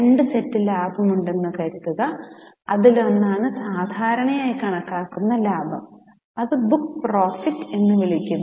രണ്ട് സെറ്റ് ലാഭമുണ്ടെന്ന് കാണുക അതിലൊന്നാണ് സാധാരണയായി കണക്കാക്കുന്ന ലാഭം അത് ബുക്ക് പ്രോഫിറ്റ് എന്ന് വിളിക്കുന്നു